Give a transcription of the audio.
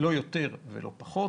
לא יותר ולא פחות.